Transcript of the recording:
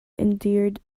endured